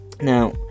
now